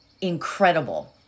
Incredible